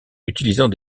utilisant